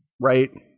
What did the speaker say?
right